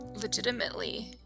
legitimately